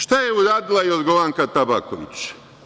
Šta je uradila Jorgovanka Tabaković?